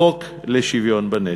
החוק לשוויון בנטל,